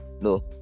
no